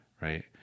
right